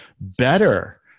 better